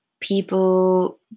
people